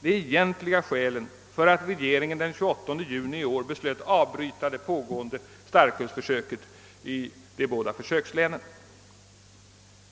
de egentliga skälen för att regeringen den 28 juni i år beslöt avbryta det pågående starkölsförsöket i de båda försökslänen?